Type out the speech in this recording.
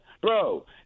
Bro